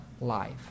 life